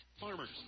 Farmers